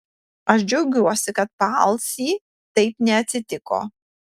aš džiaugiuosi kad paalsy taip neatsitiko